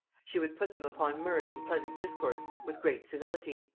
she would put them upon mirth and pleasant discourse with great civility.